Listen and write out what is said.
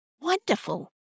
wonderful